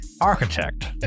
Architect